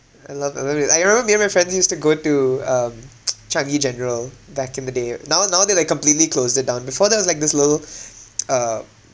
I love I love it I remember me and my friends used to go to um Changi general back in the day now now they they completely closed it down before that there was like this little uh